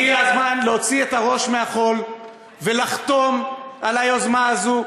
הגיע הזמן להוציא את הראש מהחול ולחתום על היוזמה הזאת,